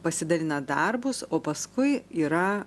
pasidalina darbus o paskui yra